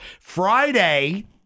Friday